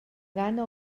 gana